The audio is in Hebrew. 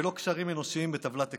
ולא קשרים אנושיים בטבלת אקסל.